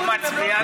הוא מצביע נגד.